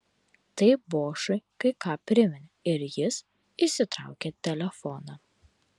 tai bošui kai ką priminė ir jis išsitraukė telefoną